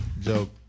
joke